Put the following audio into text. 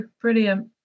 brilliant